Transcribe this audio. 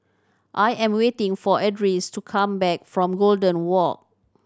I am waiting for Edris to come back from Golden Walk